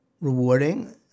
rewarding